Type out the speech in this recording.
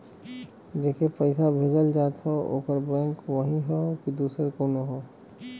जेके पइसा भेजल जात हौ ओकर बैंक वही हौ कि दूसर कउनो हौ